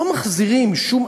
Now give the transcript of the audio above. לא מחזירים בשום,